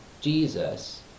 Jesus